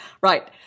Right